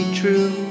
true